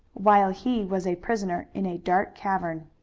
while he was a prisoner in a dark cavern.